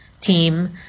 team